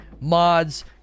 mods